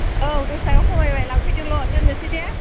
औ दस थाखा खमायबाय लांफैदोल' दोननोसै दे